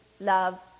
love